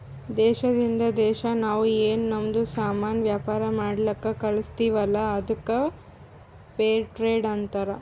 ದೇಶದಿಂದ್ ದೇಶಾ ನಾವ್ ಏನ್ ನಮ್ದು ಸಾಮಾನ್ ವ್ಯಾಪಾರ ಮಾಡ್ಲಕ್ ಕಳುಸ್ತಿವಲ್ಲ ಅದ್ದುಕ್ ಫೇರ್ ಟ್ರೇಡ್ ಅಂತಾರ